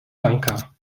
lanka